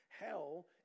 Hell